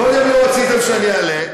קודם לא רציתם שאני אעלה,